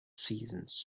seasons